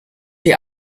die